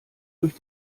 durch